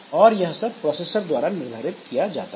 और यह सब प्रोसेसर द्वारा निर्धारित किया जाता है